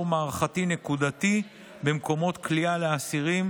מערכתי נקודתי במקומות כליאה לאסירים,